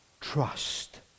trust